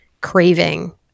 craving